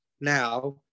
now